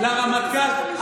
לרמטכ"ל?